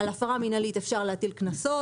על הפרה מנהלית ניתן להטיל קנסות,